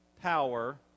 power